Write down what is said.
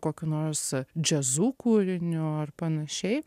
kokiu nors jazzu kūriniu ir panašiai